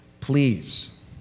Please